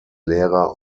lehrer